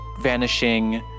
vanishing